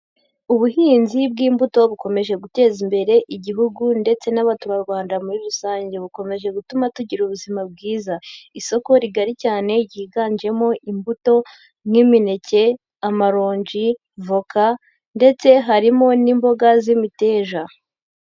Ubuhinzi bw'imbuto bukomeje guteza imbere Igihugu ndetse n'abaturarwanda muri rusange, bukomeje gutuma tugira ubuzima bwiza, isoko rigari cyane ryiganjemo imbuto nk'imineke, amaronji, voka ndetse harimo n'imboga z'imiteja.